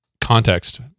context